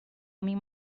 homem